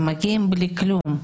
הם מגיעים בלי כלום.